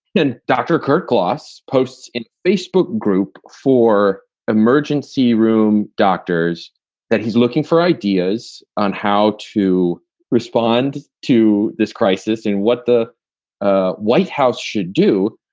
and dr. kirk closs posts in facebook group for emergency room doctors that he's looking for ideas on how to respond to this crisis and what the ah white house should do.